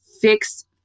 fix